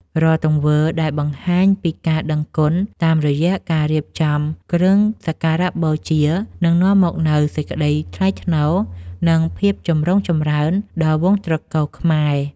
រាល់ទង្វើដែលបង្ហាញពីការដឹងគុណតាមរយៈការរៀបចំគ្រឿងសក្ការបូជានឹងនាំមកនូវសេចក្តីថ្លៃថ្នូរ និង ភាពចម្រុងចម្រើនដល់វង្សត្រកូលខ្មែរ។